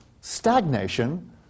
Stagnation